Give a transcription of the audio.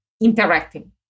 interacting